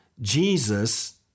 Jesus